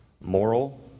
moral